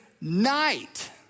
night